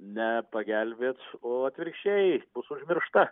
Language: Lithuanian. ne pagelbėt o atvirkščiai bus užmiršta